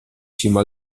cima